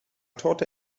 torte